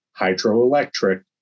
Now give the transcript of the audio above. hydroelectric